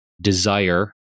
desire